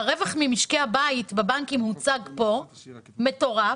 הרווח ממשקי הבית בבנקים שהוצג פה הוא מטורף.